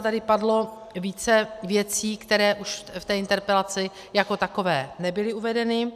Tady padlo více věcí, které už v té interpelaci jako takové nebyly uvedeny.